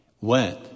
went